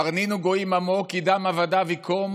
"הרנינו גוֹיִם עַמו כי דם עבדיו יִקּוֹם